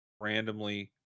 randomly